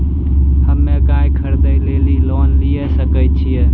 हम्मे गाय खरीदे लेली लोन लिये सकय छियै?